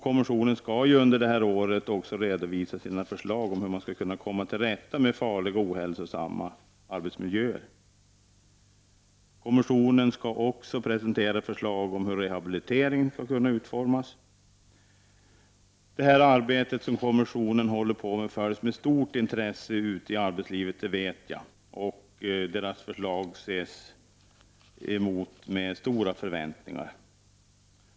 Kommissionen skall under det här året redovisa sina förslag om hur man skall komma till rätta med farliga och ohälsosamma arbetsmiljöer. Kommissionen skall också presentera förslag om hur rehabiliteringen skall kunna utformas. Det arbete som kommissionen håller på med följs med stort intresse i arbetslivet, och dess förslag emotses med stora förväntningar.